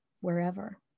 wherever